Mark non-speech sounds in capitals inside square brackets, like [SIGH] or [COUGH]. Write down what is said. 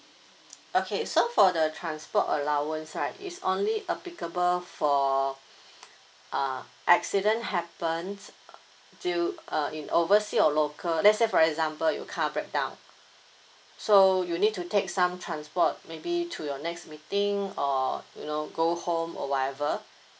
okay so for the transport allowance right is only applicable for [BREATH] uh accident happens due uh it oversea or local let's say for example you car breakdown so you need to take some transport maybe to your next meeting or you know go home or whatever